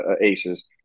ACEs